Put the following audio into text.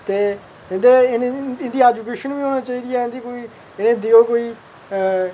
ते इंदे इ'नेंगी इं'दी ऐजुकेशन बी होनी चाहिदी ऐ इं'दी कोई